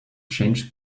change